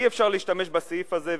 אי-אפשר להשתמש בסעיף הזה,